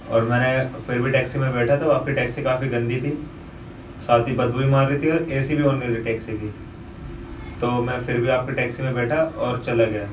اور میں نے پھر بھی ٹیکسی میں بیٹھا تو آپ کی ٹیکسی کافی گندی تھی ساتھ ہی بدبو بھی مار رہی تھی اور اے سی بھی آن نہیں تھی ٹیکسی کی تو میں پھر بھی آپ کی ٹیکسی میں بیٹھا اور چلا گیا